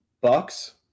Bucks